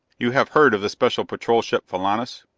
you have heard of the special patrol ship filanus?